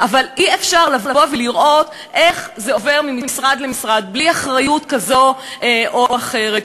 אבל אי-אפשר לראות איך זה עובר ממשרד למשרד בלי אחריות כזו או אחרת.